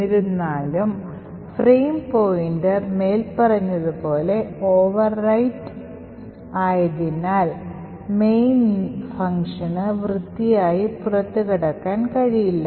എന്നിരുന്നാലും frame pointer മേൽപ്പറഞ്ഞതുപോലെ overwrite ആയതിനാൽ mainന് വൃത്തിയായി പുറത്തുകടക്കാൻ കഴിയില്ല